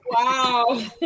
Wow